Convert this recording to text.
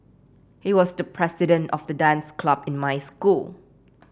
he was the president of the dance club in my school